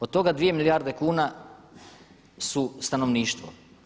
Od toga 2 milijarde kuna su stanovništvo.